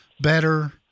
better